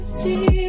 deep